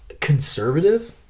conservative